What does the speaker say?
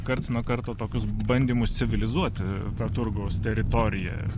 karts nuo karto tokius bandymus civilizuoti tą turgaus teritoriją